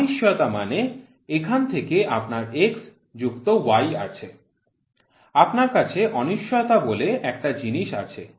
অনিশ্চয়তা মানে এখান থেকে আপনার x যুক্ত y আছে আপনার কাছে অনিশ্চয়তা বলে একটা জিনিস আছে